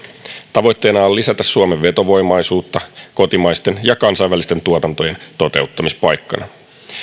tavoitteena on lisätä suomen vetovoimaisuutta kotimaisten ja kansainvälisten tuotantojen toteuttamispaikkana